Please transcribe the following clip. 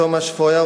תומש פויאר,